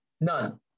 none